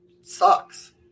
Sucks